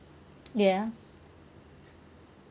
ya